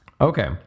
Okay